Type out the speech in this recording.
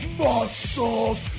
muscles